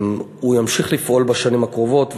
הוא ימשיך לפעול בשנים הקרובות.